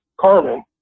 Carmen